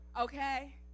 Okay